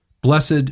blessed